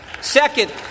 second